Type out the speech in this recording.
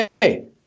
hey